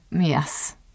Yes